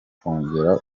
kongera